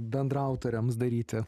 bendraautoriams daryti